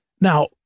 Now